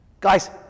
Guys